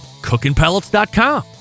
cookingpellets.com